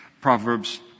Proverbs